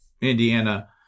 Indiana